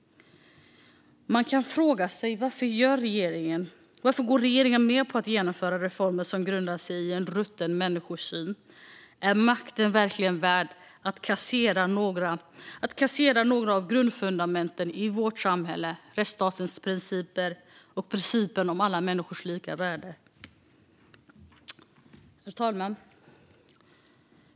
Man kan fråga sig varför regeringen går med på att genomföra reformer som grundar sig i en rutten människosyn. Är makten verkligen värd att kassera några av grundfundamenten i vårt samhälle - rättsstatens principer och principen om alla människors lika värde? Herr talman!